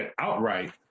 outright